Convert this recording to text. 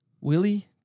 Willie